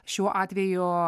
šiuo atveju